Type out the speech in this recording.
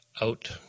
Out